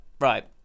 right